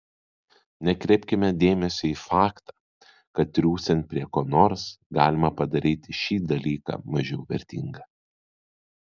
nekreipkime dėmesio į faktą kad triūsiant prie ko nors galima padaryti šį dalyką mažiau vertingą